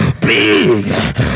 big